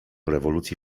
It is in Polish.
rewolucji